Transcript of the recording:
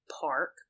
park